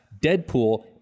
Deadpool